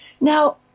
Now